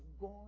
God